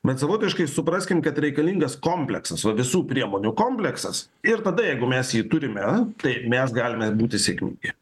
bet savotiškai supraskim kad reikalingas kompleksas va visų priemonių kompleksas ir tada jeigu mes jį turime tai mes galime būti sėkmingi